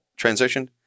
transitioned